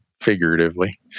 figuratively